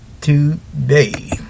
today